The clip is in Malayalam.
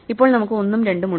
ഇപ്പോൾ നമുക്ക് 1 ഉം 2 ഉം ഉണ്ട്